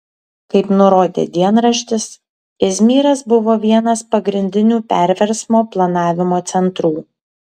kaip nurodė dienraštis izmyras buvo vienas pagrindinių perversmo planavimo centrų